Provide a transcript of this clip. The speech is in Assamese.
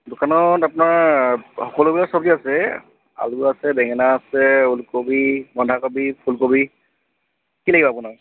দোকানত আপোনাৰ সকলোবিলাক চব্জি আছে আলু আছে বেঙেনা আছে ওলকবি বন্ধাকবি ফুলকবি কি লাগিব আপোনাক